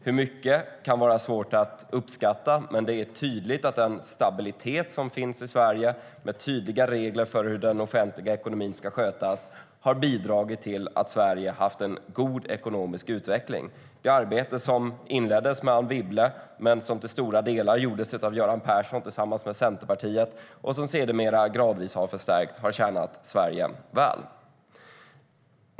Hur mycket kan vara svårt att uppskatta, men det är tydligt att den stabilitet som finns i Sverige, med tydliga regler för hur den offentliga ekonomin ska skötas, har bidragit till att Sverige haft en god ekonomisk utveckling. Det arbete som inleddes med Anne Wibble, men som till stora delar gjordes av Göran Persson tillsammans med Centerpartiet och sedermera gradvis har förstärkts, har tjänat Sverige väl.